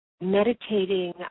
meditating